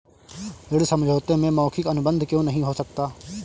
ऋण समझौते में मौखिक अनुबंध क्यों नहीं हो सकता?